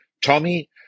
Tommy